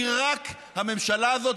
היא רק הממשלה הזאת,